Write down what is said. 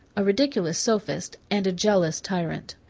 a ridiculous sophist, and a jealous tyrant.